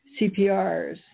CPRs